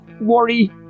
worry